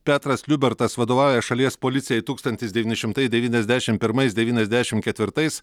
petras liubertas vadovauja šalies policijai tūkstantis devyni šimtai devyniasdešim pirmais devyniasdešim ketvirtais